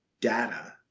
data